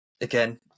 Again